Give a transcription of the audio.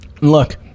Look